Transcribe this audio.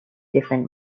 different